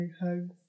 hugs